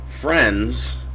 friends